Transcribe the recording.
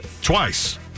twice